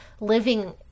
living